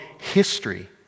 history